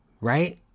Right